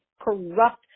corrupt